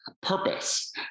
purpose